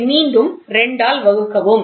இதை மீண்டும் 2 ஆல் வகுக்கவும்